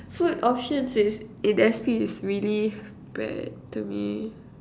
food options in S_P is really bad to me